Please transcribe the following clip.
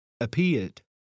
appeared